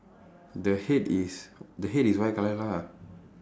the head is the head is white colour lah